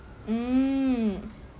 mm